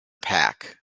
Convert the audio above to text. pack